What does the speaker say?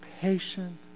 patient